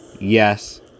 yes